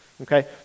okay